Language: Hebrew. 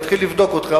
מתחיל לבדוק אותך,